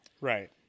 Right